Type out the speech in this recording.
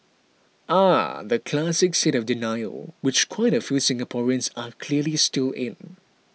ah the classic state of denial which quite a few Singaporeans are clearly still in